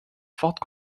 forte